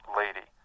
lady